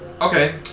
Okay